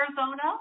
Arizona